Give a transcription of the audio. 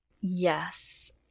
Yes